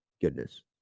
goodness